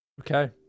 okay